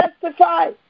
testify